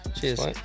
Cheers